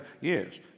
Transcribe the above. Yes